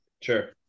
Sure